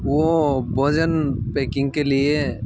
वो भोजन पॅकिंग के लिए